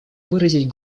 выразить